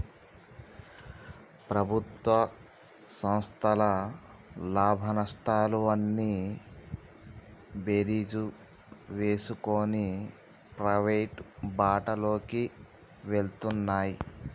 ప్రభుత్వ సంస్థల లాభనష్టాలు అన్నీ బేరీజు వేసుకొని ప్రైవేటు బాటలోకి వెళ్తున్నాయి